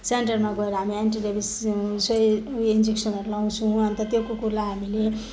सेन्टरमा गएर हामी एन्टी रेबिज उयो इन्जेक्सनहरू लाउँछौँ अन्त त्यो कुकुरलाई हामीले